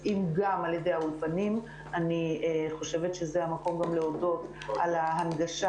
אני חושבת שזה המקום גם להודות על ההנגשה